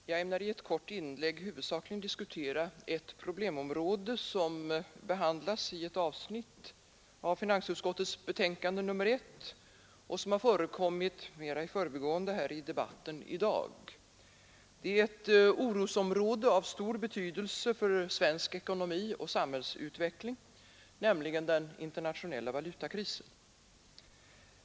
Herr talman! Jag ämnar i ett kort inlägg huvudsakligen diskutera ett problemområde som behandlas i ett avsnitt av finansutskottets betänkande nr 1 och som har berörts mera i förbigående här i debatten i dag. Det är ett orosområde av stor betydelse för svensk ekonomi och samhällsutveckling, nämligen den internationella valutakrisen.